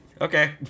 Okay